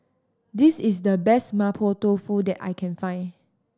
this is the best Mapo Tofu that I can find